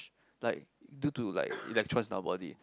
like due to like electrons in our body